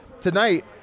tonight